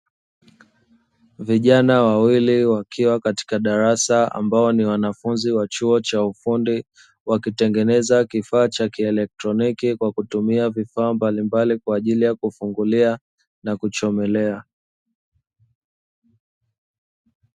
Vijana wawili wakiwa katika darasa, ambao ni wanafunzi wa chuo cha fundi, wakitengeneza kifaa cha kielektroniki kwa kutumia vifaa mbalimbali kwa ajili ya kufungulia na kuchomolea.